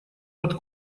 под